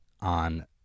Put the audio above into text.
on